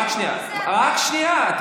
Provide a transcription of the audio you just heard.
רק שנייה.